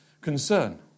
concern